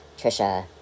Trisha